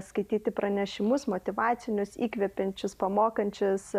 skaityti pranešimus motyvacinius įkvepiančius pamokančius